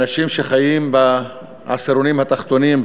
האנשים שחיים בעשירונים התחתונים,